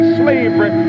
slavery